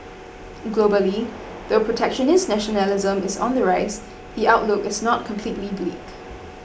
globally though protectionist nationalism is on the rise the outlook is not completely bleak